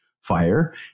fire